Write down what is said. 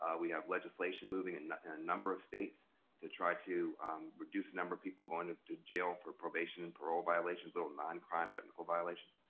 ah we have legislation moving in a number of states to try to reduce the number of people going to to jail for probation and parole violations, little non-crime technical violations,